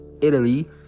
Italy